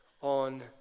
on